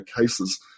cases